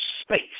space